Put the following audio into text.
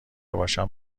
باشم